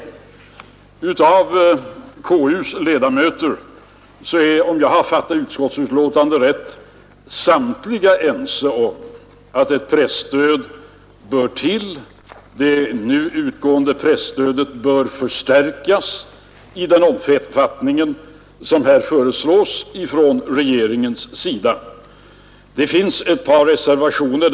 KU:s ledamöter är, om jag fattat utskottsbetänkandet rätt, samtliga ense om att ett presstöd bör finnas. Det nu utgående presstödet bör förstärkas i den omfattning som här föreslås från regeringens sida. Det finns ett par reservationer.